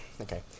okay